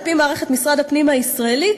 על-פי מערכת משרד הפנים הישראלית,